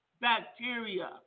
bacteria